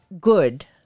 good